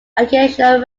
occasional